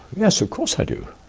yes, of course i do.